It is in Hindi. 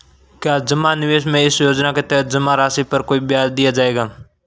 क्या जमा निवेश में इस योजना के तहत जमा राशि पर कोई ब्याज दिया जाएगा?